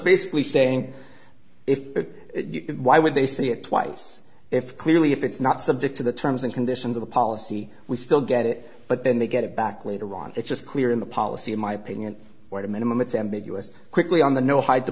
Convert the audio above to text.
basically saying if or why would they see it twice if clearly if it's not subject to the terms and conditions of the policy we still get it but then they get it back later on it's just clear in the policy in my opinion or the minimum it's ambiguous quickly on the no hide the